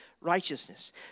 righteousness